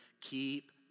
Keep